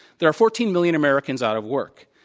there are fourteen million americans out of work.